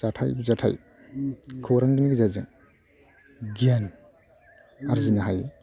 जाथाय बिजाथाय खौरांनि गेजेरजों गियान आरजिनो हायो